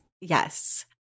Yes